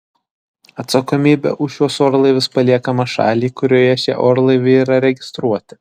atsakomybė už šiuos orlaivius paliekama šaliai kurioje šie orlaiviai yra registruoti